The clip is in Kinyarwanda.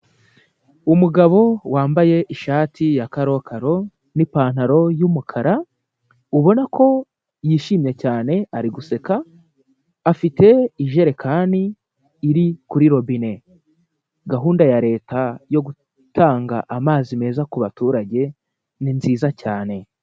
Umugabo wambaye ishati ya karokaro n'ipantaro y'umukara, ubona ko yishimye cyane ari guseka, afite ijerekani iri kuri robine, gahunda ya Leta yo gutanga amazi meza kuba baturage ni nziza cyane.